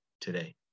today